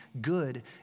good